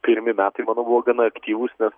pirmi metai buvo gana aktyvūs nes